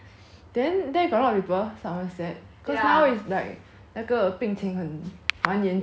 then there got a lot of people somerset because now is like 那个病情很 蛮严重的